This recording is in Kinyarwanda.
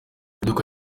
iduka